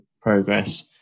progress